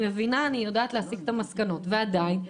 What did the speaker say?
עדיין,